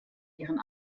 ihren